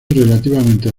relativamente